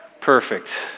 Perfect